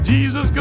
Jesus